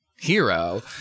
hero